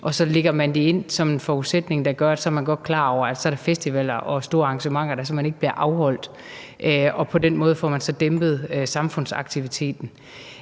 og så lægger man det ind som en forudsætning, som betyder, at der er festivaler og store arrangementer, der simpelt hen ikke bliver afholdt, og på den måde får man dæmpet samfundsaktiviteten.